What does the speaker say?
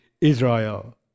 Israel